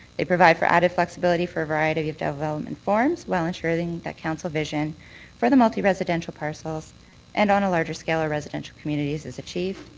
they provide for added flexibility for a variety of development forms, while ensuring that council vision for the multi-residential parcel and on a larger scale our residential communities is achieved.